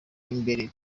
imbere